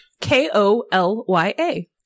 K-O-L-Y-A